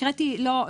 הקראתי לא,